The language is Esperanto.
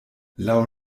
laŭ